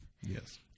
Yes